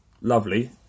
lovely